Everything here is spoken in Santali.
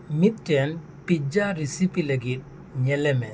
ᱢᱤᱫᱴᱮᱱ ᱯᱤᱡᱡᱟ ᱨᱤᱥᱤᱯᱤ ᱞᱟᱹᱜᱤᱫ ᱧᱮᱞ ᱢᱮ